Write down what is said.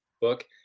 book